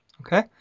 Okay